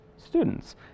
students